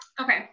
Okay